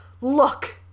look